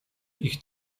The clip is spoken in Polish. ich